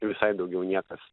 visai daugiau niekas